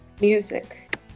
Music